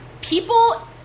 People